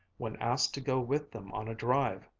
when asked to go with them on a drive,